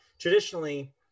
Traditionally